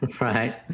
right